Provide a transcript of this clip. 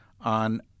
on